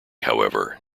however